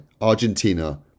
Argentina